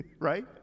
Right